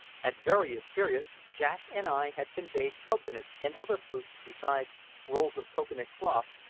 at various periods jack and i had conveyed cocoa-nuts and other fruits, besides rolls of cocoa-nut cloth,